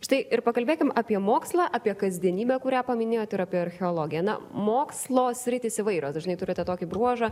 štai ir pakalbėkim apie mokslą apie kasdienybę kurią paminėjot ir apie archeologiją na mokslo sritys įvairios dažnai turite tokį bruožą